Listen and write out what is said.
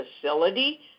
facility